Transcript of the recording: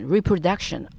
reproduction